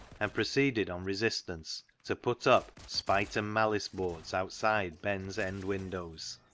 and proceeded on resistance to put up spite and malice boards outside ben's end win dows.